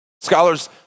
Scholars